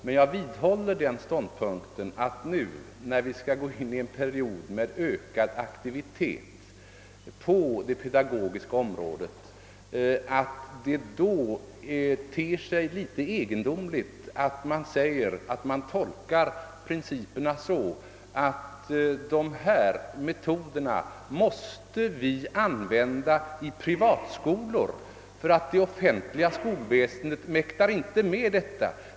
Men jag vidhåller den ståndpunkten att när vi nu skall ingå i en period med ökad aktivitet på det pedagogiska området det då ter sig litet egendomligt att tolka principerna så att metoderna måste användas i privatskolorna, ty det offentliga skolväsendet skulle inte mäkta med detta.